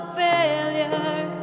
failure